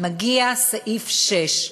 מגיעה פסקה (6),